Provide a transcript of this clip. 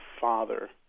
father